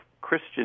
Christian